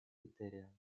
критериям